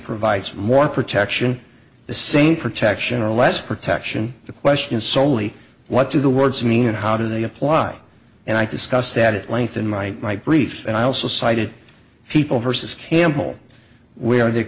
provides more protection the same protection or less protection the question solely what do the words mean and how do they apply and i discussed that at length in my briefs and i also cited people versus campbell where the